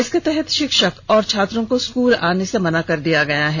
इसके तहत शिक्षक और छात्रों को स्कूल आने से मना कर दिया गया है